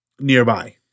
nearby